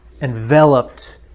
enveloped